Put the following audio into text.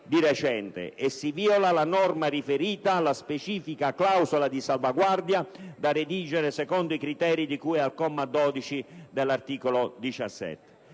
di recente, e si viola la norma riferita alla specifica clausola di salvaguardia, da redigere secondo i criteri di cui al comma 12 dell'articolo 17.